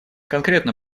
конкретно